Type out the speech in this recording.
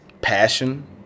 passion